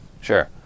Sure